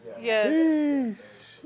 Yes